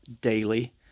daily